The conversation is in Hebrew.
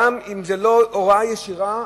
גם אם זאת לא הוראה ישירה,